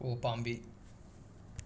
ꯎꯄꯥꯝꯕꯤ